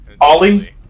Ollie